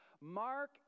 Mark